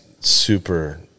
super